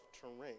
terrain